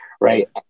right